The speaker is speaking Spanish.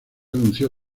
anunció